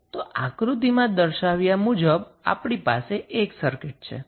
તો આક્રુતિમા દર્શાવ્યા મુજબ આપણી પાસે એક સર્કિટ છે